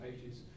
pages